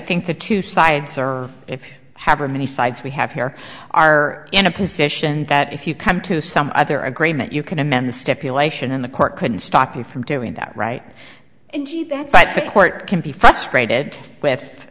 think the two sides are if however many sides we have here are in a position that if you come to some other agreement you can amend the stipulation in the court couldn't stop you from doing that right and you that's what the court can be frustrated with